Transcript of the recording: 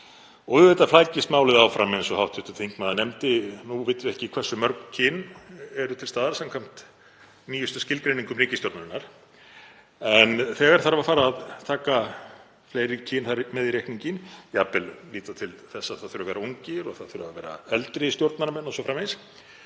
Og auðvitað flækist málið áfram eins og hv. þingmaður nefndi. Nú vitum við ekki hversu mörg kyn eru til staðar samkvæmt nýjustu skilgreiningum ríkisstjórnarinnar en þegar þarf að fara að taka fleiri kyn með í reikninginn, jafnvel líta til þess að það þurfi að vera ungir og eldri stjórnarmenn o.s.frv.,